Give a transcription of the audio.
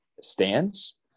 stands